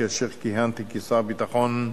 כאשר כיהנתי כשר הביטחון,